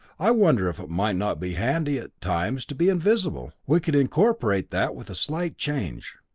i wonder if it might not be handy at times to be invisible we could incorporate that with a slight change.